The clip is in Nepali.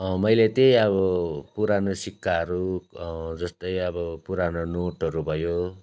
मैले त्यही अब पुरानो सिक्काहरू जस्तै अब पुरानो नोटहरू भयो